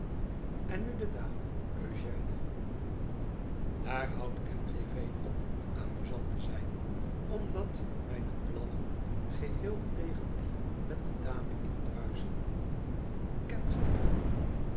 en nu de dame eugène daar houdt m g v op amusant te zijn omdat mijne plannen geheel tegen die met de dame indruisten kent gij haar